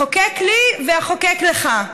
אחוקק לי ואחוקק לך.